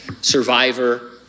Survivor